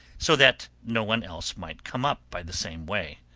so that no one else might come up by the same way.